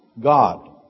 God